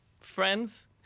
friends